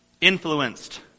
influenced